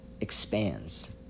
expands